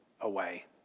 away